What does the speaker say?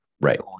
right